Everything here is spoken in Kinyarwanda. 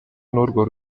n’urwo